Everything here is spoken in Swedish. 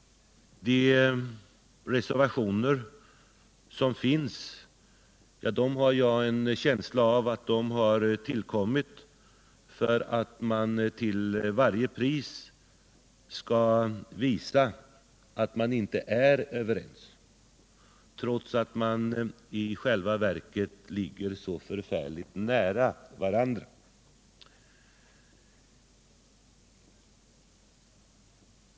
Jag har en känsla av att de reservationer som avgivits har tillkommit för att man till varje pris velat visa att man inte är överens, trots att man i själva verket ligger så utomordentligt nära varandra.